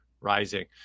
rising